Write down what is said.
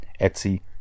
etsy